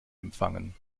empfangen